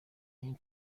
این